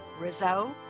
Rizzo